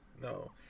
No